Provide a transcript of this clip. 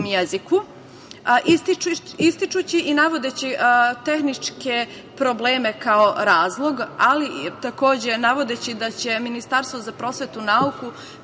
jeziku ističući i navodeći tehničke probleme kao razlog, ali takođe navodeći da će Ministarstvo za prosvetu, nauku,